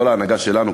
לא להנהגה שלנו,